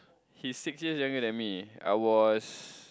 he six years younger than me I was